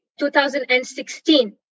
2016